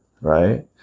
Right